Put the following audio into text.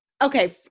Okay